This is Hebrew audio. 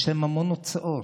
יש להם המון הוצאות.